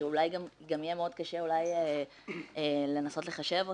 וגם יהיה מאוד קשה לנסות לחשב אותן.